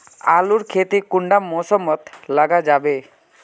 आलूर खेती कुंडा मौसम मोत लगा जाबे?